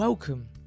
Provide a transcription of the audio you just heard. Welcome